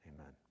Amen